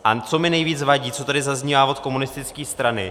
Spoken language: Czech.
A co mi nejvíc vadí, co tady zaznívá od komunistické strany.